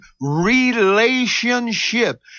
relationship